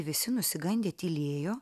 visi nusigandę tylėjo